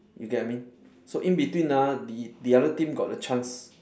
you get what I mean so in between ah the the other team got the chance